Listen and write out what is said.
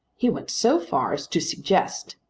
he went so far as to suggest,